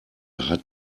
hat